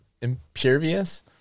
impervious